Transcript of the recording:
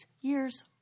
years